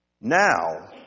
Now